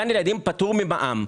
גן ילדים פטור ממע"מ.